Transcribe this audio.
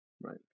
right